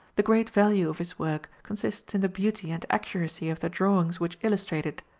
the great value of his work consists in the beauty and accuracy of the drawings which illustrate it,